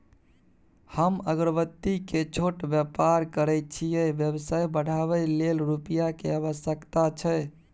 हम अगरबत्ती के छोट व्यापार करै छियै व्यवसाय बढाबै लै रुपिया के आवश्यकता छै?